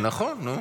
נכון, נו?